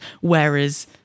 whereas